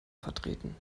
vertreten